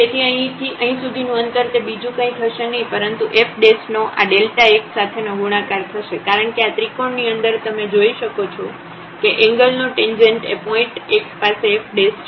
તેથી અહી થી અહીં સુધીનું અંતર તે બીજું કંઈ થશે નહીં પરંતુ f નો આx સાથે નો ગુણાકાર થશે કારણ કે આ ત્રિકોણ ની અંદર તમે જોઈ શકો છો કે એન્ગલનો ટેંજેન્ટ એ પોઇન્ટ x પાસે f છે